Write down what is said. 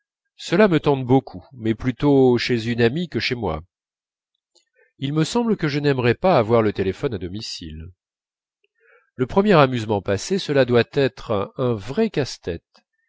cela me tente beaucoup mais plutôt chez une amie que chez moi il me semble que je n'aimerais pas avoir le téléphone à domicile le premier amusement passé cela doit être un vrai casse-tête